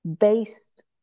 based